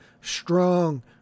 strong